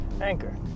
Anchor